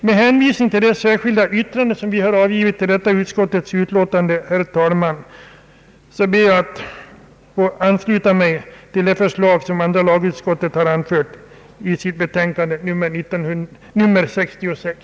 Med hänvisning till det särskilda yttrande vi har avgivit till detta utskottsutlåtande ber jag, herr talman, att få ansluta mig till det förslag som andra lagutskottet har avgivit i sitt utlåtande nr 66.